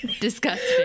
Disgusting